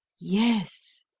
yes,